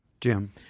Jim